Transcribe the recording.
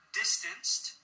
distanced